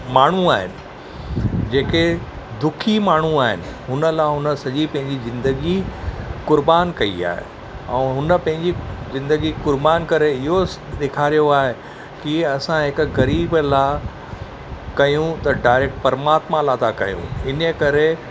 माण्हू आहिनि जेके दुखी माण्हू आहिनि उन लाइ उन सॼी पंहिंजी ज़िंदगी कुर्बान कई आहे ऐं हुन पंहिंजी ज़िंदगी कुर्बान करे इहो ॾेखारियो आहे की असां हिकु ग़रीब ला कयूं त डाएरेक्ट परमात्मा लाइ था कयूं इन जे करे